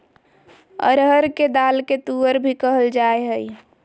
अरहर के दाल के तुअर भी कहल जाय हइ